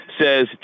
says